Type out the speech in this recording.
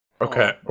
Okay